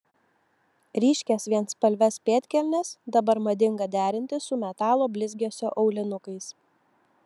ryškias vienspalves pėdkelnes dabar madinga derinti su metalo blizgesio aulinukais